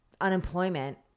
unemployment